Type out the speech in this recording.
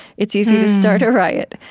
it's easy to start a riot,